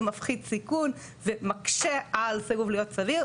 מפחית סיכון ומקשה על סירוב להיות סביר.